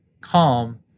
calm